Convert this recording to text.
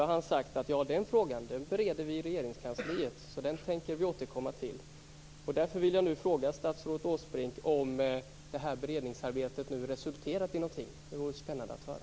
Han har sagt att denna fråga bereds i Regeringskansliet, och att man skall återkomma till frågan. Därför vill jag nu fråga statsrådet Åsbrink om det här beredningsarbetet nu resulterat i någonting. Det vore spännande att höra.